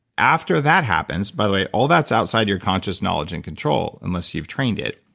after that happens. by the way, all that's outside your conscious knowledge and control, unless you've trained it.